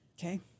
Okay